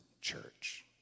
church